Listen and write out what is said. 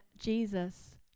Jesus